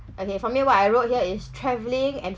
okay for me what I wrote here is traveling and